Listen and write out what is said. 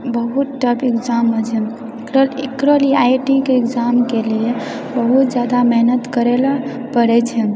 बहुत tough exam होइत छै एकरा लिए आइआइटीके एग्जामके लिए बहुत जादा मेहनत करै लऽ पड़ैत छै